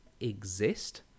exist